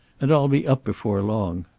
and i'll be up before long.